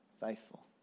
faithful